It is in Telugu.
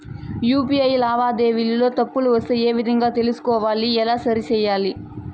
యు.పి.ఐ లావాదేవీలలో తప్పులు వస్తే ఏ విధంగా తెలుసుకోవాలి? ఎలా సరిసేయాలి?